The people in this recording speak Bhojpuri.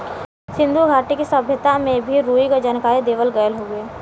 सिन्धु घाटी के सभ्यता में भी रुई क जानकारी देवल गयल हउवे